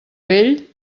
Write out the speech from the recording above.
vell